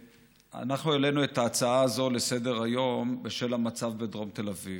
אנחנו העלינו את ההצעה הזאת לסדר-היום בשל המצב בדרום תל אביב.